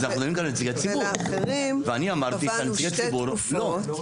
אז אנחנו מדברים כאן על נציגי ציבור ואני אמרתי שנציגי ציבור לא.